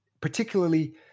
particularly